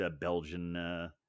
Belgian